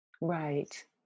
Right